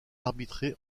arbitré